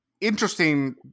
interesting